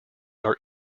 are